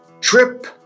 trip